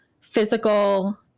physical